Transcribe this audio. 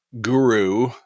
guru –